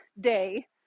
day